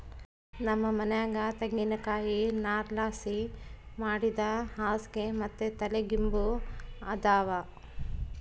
ನಮ್ ಮನ್ಯಾಗ ತೆಂಗಿನಕಾಯಿ ನಾರ್ಲಾಸಿ ಮಾಡಿದ್ ಹಾಸ್ಗೆ ಮತ್ತೆ ತಲಿಗಿಂಬು ಅದಾವ